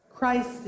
Christ